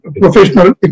professional